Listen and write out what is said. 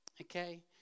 Okay